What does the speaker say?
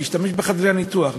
להשתמש בחדרי הניתוח,